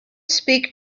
speak